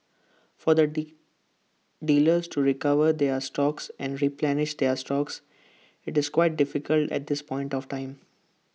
for the dealers to recover their stocks and replenish their stocks IT is quite difficult at this point of time